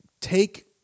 take